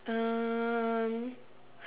um